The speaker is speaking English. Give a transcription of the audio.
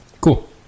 Cool